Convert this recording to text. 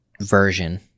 version